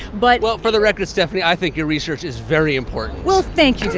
but. well, for the record, stephani, i think your research is very important well, thank you, dan